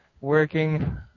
working